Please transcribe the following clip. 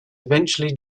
eventually